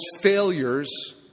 failures